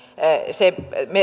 se